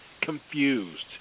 confused